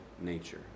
nature